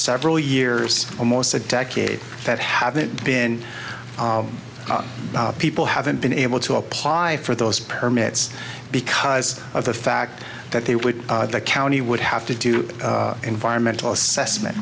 several years almost a decade that haven't been people haven't been able to apply for those permits because of the fact that they would the county would have to do environmental assessment